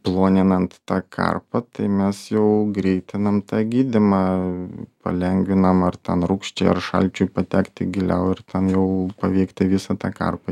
ploninant tą karpą tai mes jau greitinam tą gydymą palengvinam ar ten rūgščiai ar šalčiui patekti giliau ir ten jau paveikti visą tą karpą